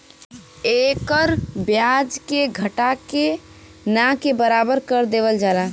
एकर ब्याज के घटा के ना के बराबर कर देवल जाला